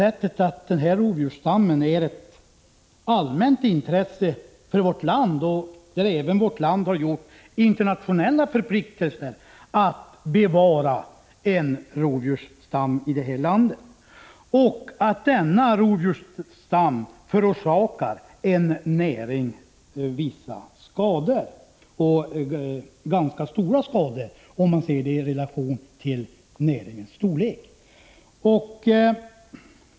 Att behålla den här rovdjursstammen är av allmänt intresse för vårt land. Vi har också internationella förpliktelser att bevara en rovdjursstam i landet. Men denna rovdjursstam förorsakar rennäringen ganska stora skador i relation till dess storlek.